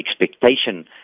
expectation